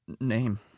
name